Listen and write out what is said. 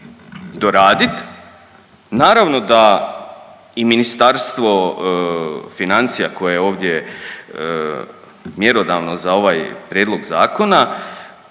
doraditi naravno da i ministarstvo financija koje je ovdje mjerodavno za ovaj prijedlog zakona